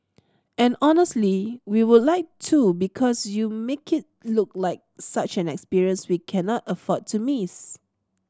and honestly we would like to because you make it look like such an experience we cannot afford to miss